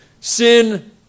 Sin